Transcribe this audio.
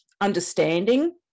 understanding